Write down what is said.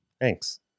Thanks